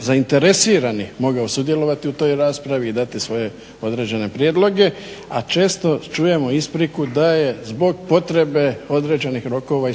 zainteresiranih mogao sudjelovati u toj raspravi i dati svoje određene prijedloge, a često čujemo ispriku da je zbog potrebe određenih rokova i